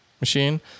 machine